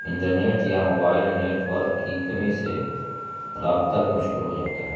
internet یا mobile network کی کمی سے رابطہ بھی مشکل ہو جاتا ہے